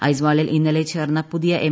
ഐസ്വാളിൽ ഇന്നലെ ചേർന്ന പുതിയ എം